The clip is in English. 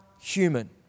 human